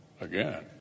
again